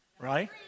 right